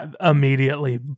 immediately